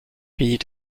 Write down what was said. pays